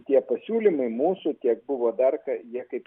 tie pasiūlymai mūsų tiek buvo dar ką jie kaip